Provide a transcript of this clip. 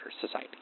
Society